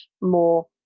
more